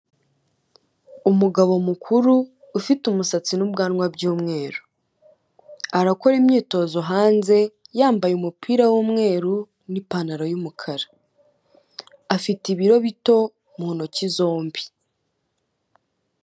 Umugabo mukuru ufite umusatsi n'ubwanwa by'umweru, arakora imyitozo hanze yambaye umupira w'umweru n'ipantaro y'umukara, afite ibiro bito mu ntoki zombi.